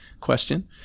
question